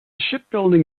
shipbuilding